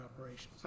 operations